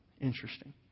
interesting